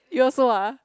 you also ah